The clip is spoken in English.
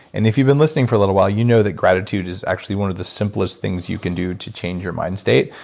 and if you've been listening for a little while, you know that gratitude is actually one of the simplest things you can do to change your mind state.